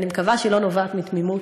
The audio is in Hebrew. אני מקווה שהיא לא נובעת מתמימות,